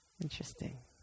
Interesting